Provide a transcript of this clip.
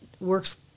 works